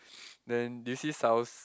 then this his house